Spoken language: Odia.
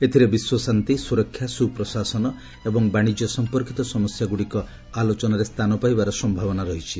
ଏଥିରେ ବିଶ୍ୱ ଶାନ୍ତି ସୁରକ୍ଷା ସୁପ୍ଶାସନ ଏବଂ ବାଶିଜ୍ୟ ସମ୍ପର୍କୀତ ସମସ୍ୟାଗୁଡିକ ଆଲୋଚନାରେ ସ୍ଥାନ ପାଇବାର ସମ୍ଭାବନା ରହିଛି